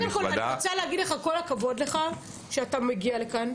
אני רוצה להגיד לך כל הכבוד שאתה מגיע לכאן,